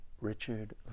Richard